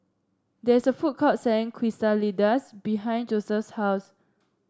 there is a food court selling Quesadillas behind Josef's house